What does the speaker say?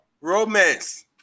romance